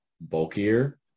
bulkier